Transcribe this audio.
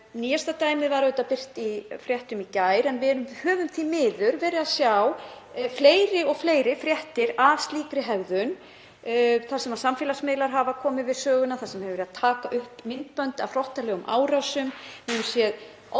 Nýjasta dæmið var birt í fréttum í gær en við höfum því miður verið að sjá fleiri og fleiri fréttir af slíkri hegðun þar sem samfélagsmiðlar hafa komið við sögu, þar sem verið er að taka upp myndbönd af hrottalegum árásum. Við höfum